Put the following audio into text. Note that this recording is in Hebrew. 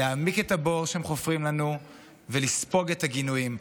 להעמיק את הבור שהם חופרים לנו ולספוג את הגינויים.